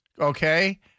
Okay